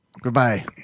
Goodbye